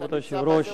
כבוד היושב-ראש,